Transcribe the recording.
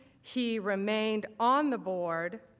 he remained on the board